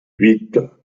huit